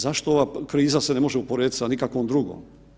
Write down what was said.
Zašto ova kriza se ne može uporedit sa nikakvom drugom?